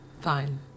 Fine